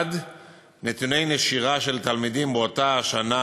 1. נתוני נשירה של תלמידים באותה השנה